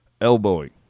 elbowing